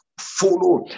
follow